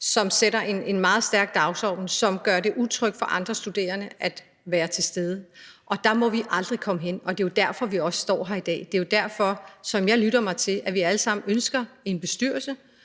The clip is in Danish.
som sætter en meget stærk dagsorden, og som gør det utrygt for andre studerende at være til stede. Og der må vi aldrig komme hen. Det er jo derfor, vi står her i dag, og – som jeg lytter mig til – alle sammen ønsker en bestyrelse.